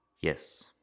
Yes